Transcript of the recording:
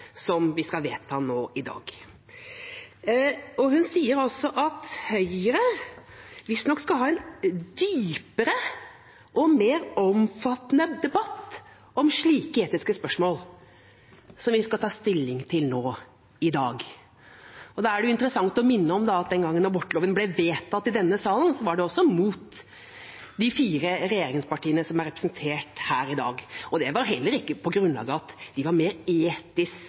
som vi skal vedta nå i dag. Hun sier at Høyre visstnok skal ha en dypere og mer omfattende debatt om slike etiske spørsmål som det vi skal ta stilling til nå i dag. Da er det interessant å minne om at den gangen abortloven ble vedtatt i denne salen, var også de fire regjeringspartiene som er representert her i dag, imot. Det var heller ikke på grunnlag av at de var mer